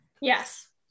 Yes